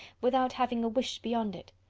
without having a wish beyond it.